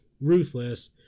ruthless